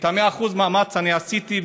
ואת המאה אחוז מאמץ אני עשיתי,